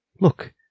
Look